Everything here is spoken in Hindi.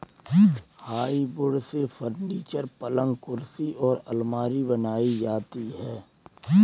हार्डवुड से फर्नीचर, पलंग कुर्सी और आलमारी बनाई जाती है